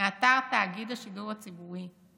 מאתר תאגיד השידור הציבורי,